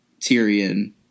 Tyrion